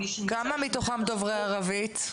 כמה מתוכם דוברי ערבית?